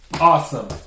Awesome